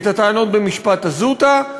את הטענות במשפט הזוטא,